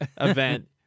event